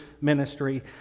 ministry